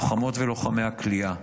לוחמות ולוחמי הכליאה,